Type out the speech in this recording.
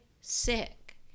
sick